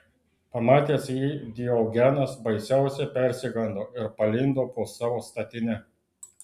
pamatęs jį diogenas baisiausiai persigando ir palindo po savo statine